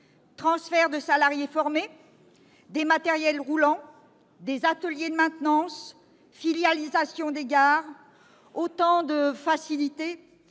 transfert de salariés formés, transfert des matériels roulants et des ateliers de maintenance, filialisation des gares ... Autant de « facilités